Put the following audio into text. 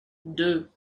deux